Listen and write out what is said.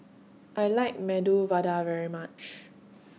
I like Medu Vada very much